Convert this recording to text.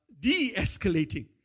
de-escalating